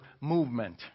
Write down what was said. movement